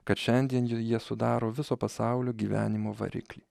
kad šiandien jau jie sudaro viso pasaulio gyvenimo variklį